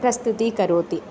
प्रस्तुति करोति